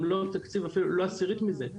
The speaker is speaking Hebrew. אפילו גם לא עשירית מזה.